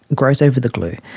grows over the glue,